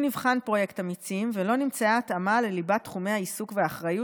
נבחן פרויקט אמיצים ולא נמצאה התאמה לליבת תחומי העיסוק והאחריות